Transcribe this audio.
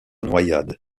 noyade